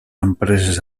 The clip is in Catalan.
empreses